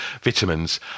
vitamins